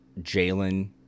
Jalen